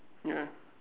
ya